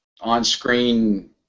on-screen